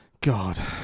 God